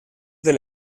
del